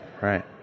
right